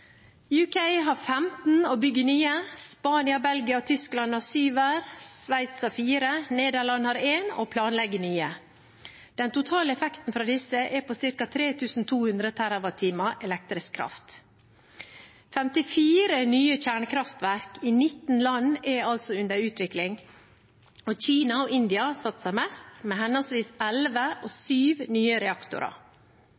har 15 og bygger nye, Spania, Belgia og Tyskland har syv hver, Sveits har fire, Nederland har én og planlegger nye. Den totale effekten fra disse er på ca. 3 200 TWh elektrisk kraft. 54 nye kjernekraftverk i 19 land er altså under utvikling. Kina og India satser mest, med henholdsvis elleve og